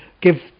give